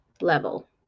level